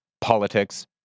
politics